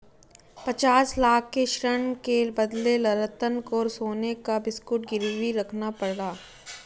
पचास लाख के ऋण के बदले रतन को सोने का बिस्कुट गिरवी रखना पड़ा